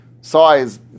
size